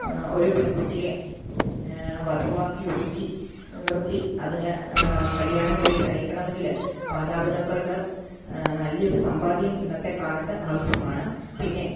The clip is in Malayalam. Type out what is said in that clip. ഒരു പെൺകുട്ടിയെ വധുവാക്കി ഒരുക്കി നിർത്തി അതിന് കല്യാണം കഴിച്ച് അയക്കണമെങ്കിൽ മാതാപിതാക്കൾക്ക് നല്ലയൊരു സമ്പാദ്യം ഇന്നത്തെ കാലത്ത് ആവശ്യമാണ് പിന്നെ